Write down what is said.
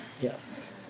Yes